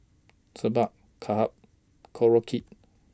Sambar Kimbap Korokke